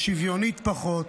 לשוויונית פחות.